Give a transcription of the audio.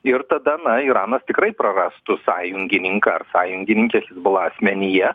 ir tada na iranas tikrai prarastų sąjungininką ar sąjungininkes hizbula asmenyje